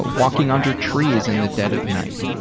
walking under trees in the dead of night.